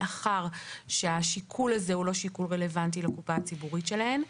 מאחר שהשיקול הזה הוא לא שיקול רלוונטי לקופה הציבורית שלהן.